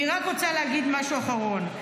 אני רק רוצה להגיד משהו אחרון.